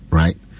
right